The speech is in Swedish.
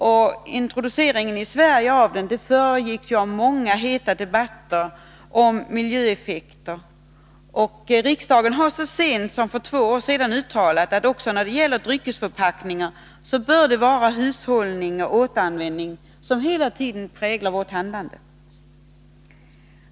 Dess introducering i Sverige föregicks av många heta debatter om miljöeffekter, och riksdagen har så sent som för två år sedan uttalat, att också när det gäller dryckesförpackningar bör det vara hushållning och återanvändning som hela tiden skall prägla vårt handlande.